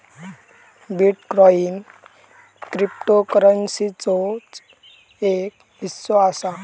bitcoin क्रिप्टोकरंसीचोच एक हिस्सो असा